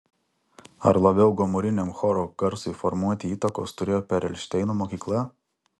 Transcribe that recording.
ar labiau gomuriniam choro garsui formuoti įtakos turėjo perelšteino mokykla